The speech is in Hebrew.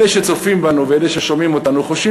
אלה שצופים בנו ואלה ששומעים אותנו חושבים